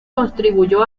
contribuyó